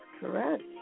correct